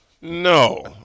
No